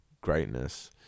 greatness